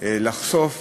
לחשוף